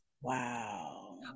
Wow